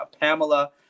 Pamela